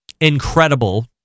incredible